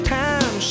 time